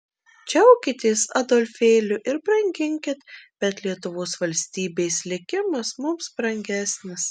džiaukitės adolfėliu ir branginkit bet lietuvos valstybės likimas mums brangesnis